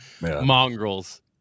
mongrels